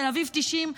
תל אביב 90,